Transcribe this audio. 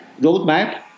roadmap